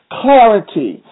clarity